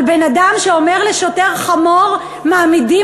אבל בן-אדם שאומר לשוטר "חמור" מעמידים